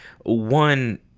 one